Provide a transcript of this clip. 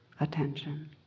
attention